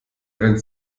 einen